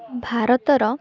ଭାରତର